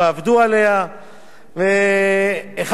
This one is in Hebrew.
אחד הסייגים שהיו פה,